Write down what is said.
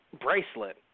bracelet